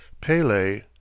Pele